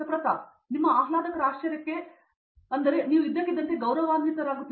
ಪ್ರತಾಪ್ ಹರಿದಾಸ್ ನಿಮ್ಮ ಆಹ್ಲಾದಕರ ಆಶ್ಚರ್ಯಕ್ಕೆ ನೀವು ಇದ್ದಕ್ಕಿದ್ದಂತೆ ಗೌರವಾನ್ವಿತರಾಗುತ್ತೀರಿ